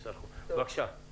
בבקשה.